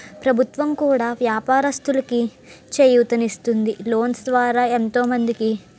ప్రభుత్వం కూడా వ్యాపారస్తులుకి చేయూతనిస్తుంది లోన్స్ ద్వారా ఎంతో మందికి